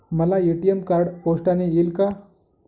मला ATM card पोस्टाने येईल का?